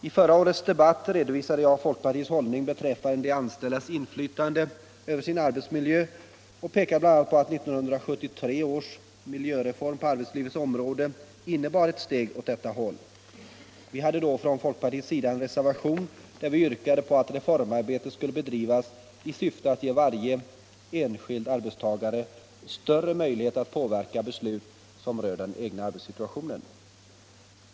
I förra årets debatt redovisade jag folkpartiets hållning beträffande de anställdas inflytande över sin arbetsmiljö och pekade bl.a. på att 1973 års miljöreform på arbetslivets område innebar ett steg åt detta håll. Vi hade då från folkpartiets sida en reservation, där vi yrkade på att reformarbetet skulle bedrivas i syfte att ge varje enskild arbetstagare större möjlighet att påverka beslut som rör den egna arbetssituationen.